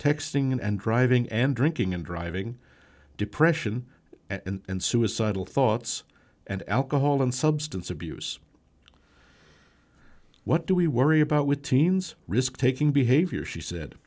texting and driving and drinking and driving depression and suicidal thoughts and alcohol and substance abuse what do we worry about with teens risk taking behavior she